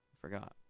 forgot